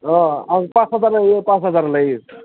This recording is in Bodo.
अह आं पास हाजार लायो पास हाजार लायो